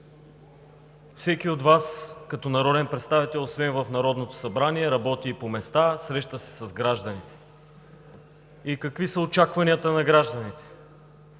Всеки от Вас като народен представител освен в Народното събрание, работи и по места, среща се с гражданите. И какви са очакванията на гражданите,